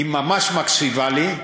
היא ממש מקשיבה לי.